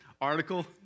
article